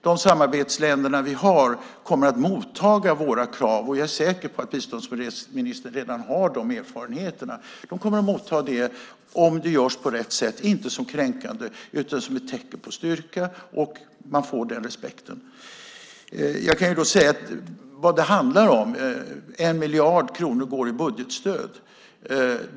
De samarbetsländer vi har kommer att motta våra krav, och jag är säker på att biståndsministern redan har de erfarenheterna. De kommer att motta dem om det görs på rätt sätt - inte som kränkande utan som ett tecken på styrka. Då får man respekt. 1 miljard kronor går i budgetstöd.